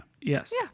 Yes